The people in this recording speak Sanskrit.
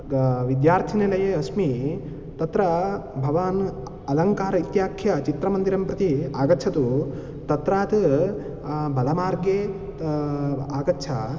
ग् विद्यार्थिनिलये अस्मि तत्र भवान् अलङ्कार इत्याख्य चित्रमन्दिरं प्रति आगच्छतु तत्रात् बलमार्गे आगच्छ